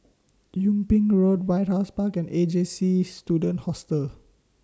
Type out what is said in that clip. Yung Ping Road White House Park and A J C Student Hostel